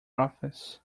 office